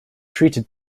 treated